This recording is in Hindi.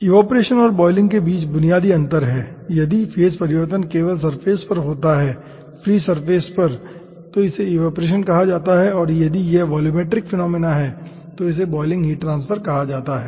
इवेपोरेशन और बॉयलिंग के बीच बुनियादी अंतर है यदि फेज परिवर्तन केवल सरफेस पर होता है फ्री सरफेस पर इसे इवेपोरेशन कहा जाता है और यदि यह वॉल्यूमेट्रिक फिनोमेना है तो इसे बॉयलिंग हीट ट्रांसफर कहा जाता है